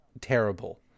terrible